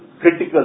critical